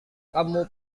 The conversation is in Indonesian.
kamu